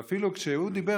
ואפילו כשהוא דיבר,